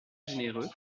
généreux